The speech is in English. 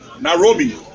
Nairobi